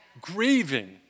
grieving